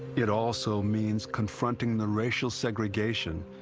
it also means confronting the racial segregation,